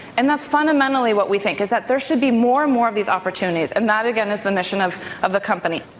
and that's fundamentally what we think, is that there should be more and more of these opportunities. and that, again, is the mission of of the company.